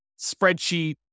spreadsheet